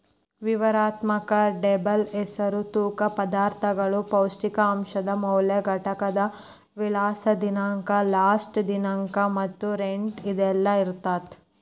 ವಿವರಣಾತ್ಮಕ ಲೇಬಲ್ ಹೆಸರು ತೂಕ ಪದಾರ್ಥಗಳು ಪೌಷ್ಟಿಕಾಂಶದ ಮೌಲ್ಯ ಘಟಕದ ವಿಳಾಸ ದಿನಾಂಕ ಲಾಸ್ಟ ದಿನಾಂಕ ಮತ್ತ ರೇಟ್ ಇದೆಲ್ಲಾ ಇರತ್ತ